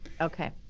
Okay